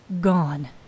Gone